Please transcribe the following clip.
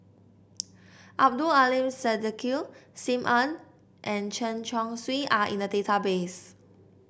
Abdul Aleem Siddique Sim Ann and Chen Chong Swee are in the database